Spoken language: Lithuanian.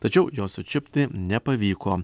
tačiau jo sučiupti nepavyko